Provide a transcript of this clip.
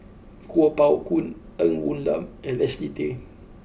Kuo Pao Kun Ng Woon Lam and Leslie Tay